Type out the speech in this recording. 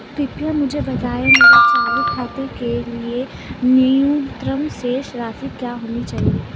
कृपया मुझे बताएं मेरे चालू खाते के लिए न्यूनतम शेष राशि क्या होनी चाहिए?